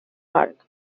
park